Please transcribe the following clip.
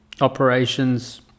operations